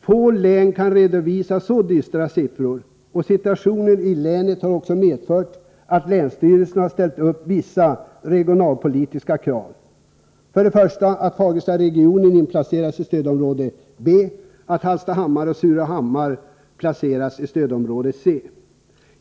Få län kan redovisa så dystra siffror. Situationen i länet har också medfört att länsstyrelsen har ställt upp vissa regionalpolitiska krav, nämligen O att Fagerstaregionen inplaceras i stödområde B, samt O att Hallstahammar och Surahammar placeras i stödområde C.